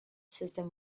system